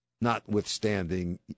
Notwithstanding